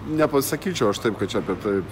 nepasakyčiau aš taip kad čia apie taip